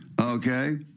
okay